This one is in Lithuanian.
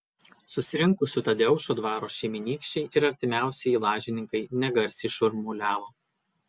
susirinkusių tadeušo dvaro šeimynykščiai ir artimiausieji lažininkai negarsiai šurmuliavo